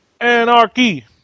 Anarchy